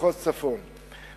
מחוז צפון,